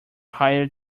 hired